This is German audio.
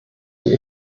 die